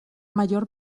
mayor